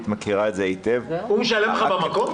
מכירה את זה היטב --- הוא משלם לך במקום?